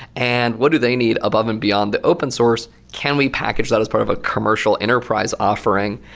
and what do they need above and beyond the open source? can we package that as part of a commercial enterprise offering?